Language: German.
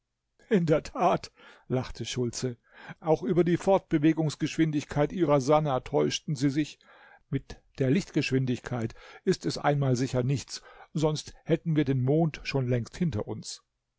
in der tat lachte schultze auch über die fortbewegungsgeschwindigkeit ihrer sannah täuschten sie sich mit der lichtgeschwindigkeit ist es einmal sicher nichts sonst hätten wir den mond schon längst hinter uns